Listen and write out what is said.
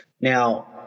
Now